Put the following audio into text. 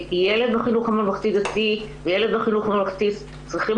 ילד בחינוך הממלכתי-דתי וילד בחינוך הממלכתי צריכים